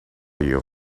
you